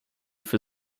für